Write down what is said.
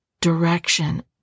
direction